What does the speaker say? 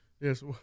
Yes